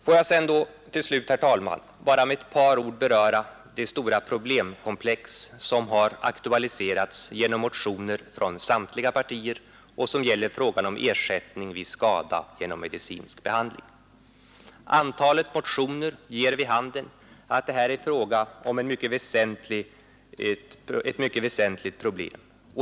Låt mig till slut, herr talman, bara med ett par ord beröra det stora problemkomplex som har aktualiserats genom motioner från samtliga partier och som gäller ersättning vid skada genom medicinsk behandling. Antalet motioner ger vid handen att det här är fråga om ett mycket väsentligt problem.